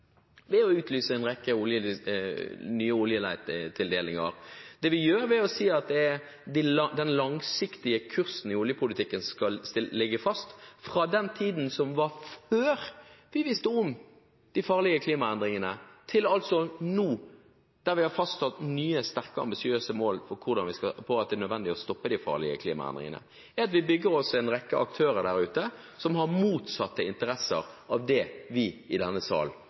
ved å si at den langsiktige kursen i oljepolitikken skal ligge fast fra tiden før vi visste om de farlige klimaendringene, til nå, der vi altså har fastsatt nye, sterke og ambisiøse mål fordi det er nødvendig å stoppe de farlige klimaendringene, er å bygge opp en rekke aktører der ute som har motsatte interesser av det vi i denne sal